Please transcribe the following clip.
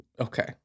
Okay